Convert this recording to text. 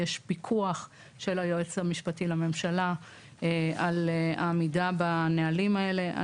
שיש פיקוח של היועץ המשפטי לממשלה על העמידה בנהלים האלה.